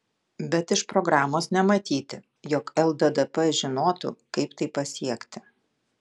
bet iš programos nematyti jog lddp žinotų kaip tai pasiekti